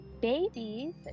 Babies